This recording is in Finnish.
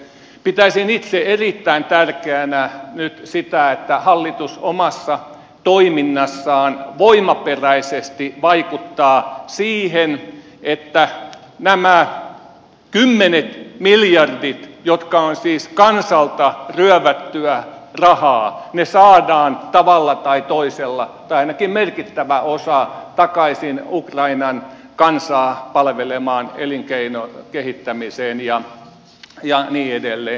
pitäisin itse erittäin tärkeänä nyt sitä että hallitus omassa toiminnassaan voimaperäisesti vaikuttaa siihen että nämä kymmenet miljardit jotka ovat siis kansalta ryövättyä rahaa saadaan tavalla tai toisella tai ainakin merkittävä osa takaisin ukrainan kansaa palvelemaan elinkeinojen kehittämiseen ja niin edelleen